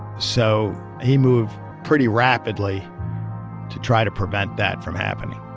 so he moved pretty rapidly to try to prevent that from happening